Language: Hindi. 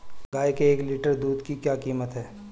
गाय के एक लीटर दूध की क्या कीमत है?